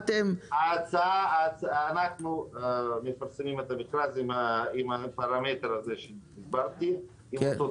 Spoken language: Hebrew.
אנחנו מפרסמים את המכרז עם הפרמטר הזה שדיברתי עליו,